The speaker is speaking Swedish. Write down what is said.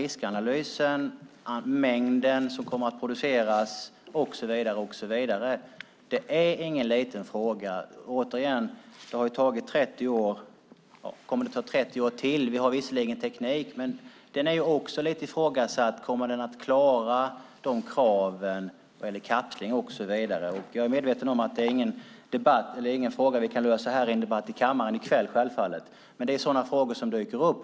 Riskanalysen, den mängd som kommer att produceras och så vidare gör att detta inte är någon liten fråga. Det har tagit 30 år nu. Kommer det att ta 30 år till? Vi har visserligen teknik, men den är också lite ifrågasatt. Kommer den att klara kraven på kapsling och så vidare? Jag är medveten om att detta inte är något som vi kan lösa så här i en debatt i kammaren, men det är sådana frågor som dyker upp.